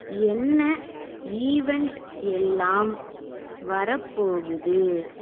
என்ன ஈவெண்ட் எல்லாம் வரப்போகுது